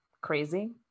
crazy